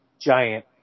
giant